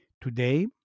Today